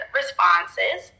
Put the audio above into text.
responses